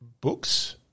books